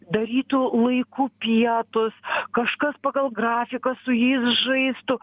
darytų laiku pietus kažkas pagal grafiką su jais žaistų